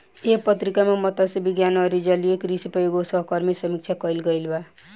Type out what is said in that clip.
एह पत्रिका में मतस्य विज्ञान अउरी जलीय कृषि पर एगो सहकर्मी समीक्षा कईल गईल बा